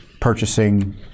purchasing